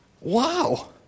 wow